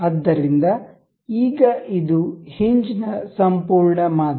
ಆದ್ದರಿಂದ ಈಗ ಇದು ಹಿಂಜ್ ನ ಸಂಪೂರ್ಣ ಮಾದರಿ